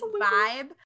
vibe